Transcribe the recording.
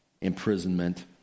imprisonment